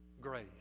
grace